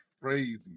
crazy